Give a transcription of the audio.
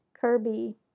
Kirby